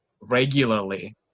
regularly